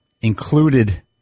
included